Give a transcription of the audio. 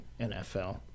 nfl